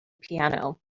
piano